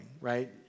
right